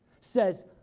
says